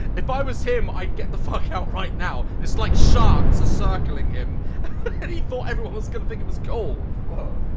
if i was him i'd get the fuck out right now its like sharks are circling him and he thought everyone was gonna think it was cool woah.